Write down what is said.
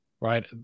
right